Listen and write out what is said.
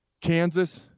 Kansas